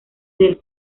del